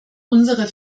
unsere